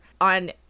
on